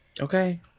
okay